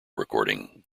recording